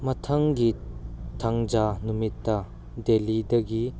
ꯃꯊꯪꯒꯤ ꯊꯥꯡꯖ ꯅꯨꯃꯤꯠꯇ ꯗꯦꯜꯂꯤꯗꯒꯤ